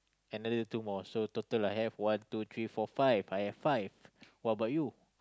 another two more so total I have one two three four five I have five what about you